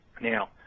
Now